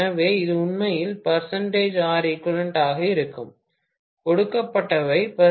எனவே இது உண்மையில் Req ஆக இருக்கும் கொடுக்கப்பட்டவை Zeq 10